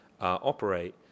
operate